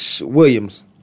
Williams